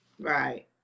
Right